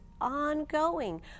ongoing